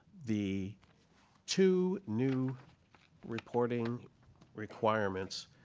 the two new reporting requirements